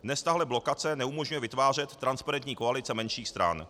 Dnes tahle blokace neumožňuje vytvářet transparentní koalice menších stran.